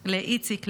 לאיציק,